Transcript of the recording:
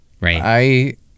right